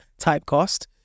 typecast